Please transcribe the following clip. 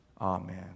Amen